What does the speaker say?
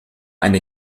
eine